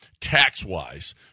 tax-wise